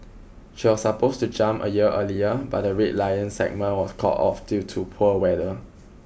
she was supposed to jump a year earlier but the Red Lions segment was called off due to poor weather